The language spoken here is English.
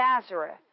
Nazareth